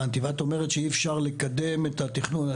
הבנתי, ואת אומרת שאי-אפשר לקדם את התכנון.